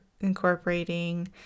incorporating